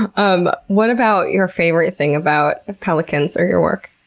and um what about your favorite thing about pelicans or your work?